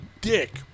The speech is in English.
dick